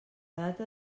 data